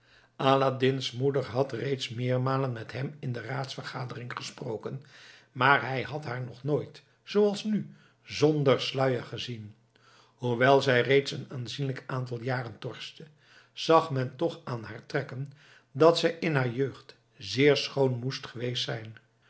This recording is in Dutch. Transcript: aladdin's moeder had reeds meermalen met hem in de raadsvergadering gesproken maar hij had haar nog nooit zooals nu zonder sluier gezien hoewel zij reeds een aanzienlijk aantal jaren torste zag men toch aan haar trekken dat zij in haar jeugd zeer schoon moest geweest zijn